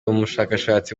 umushakashatsi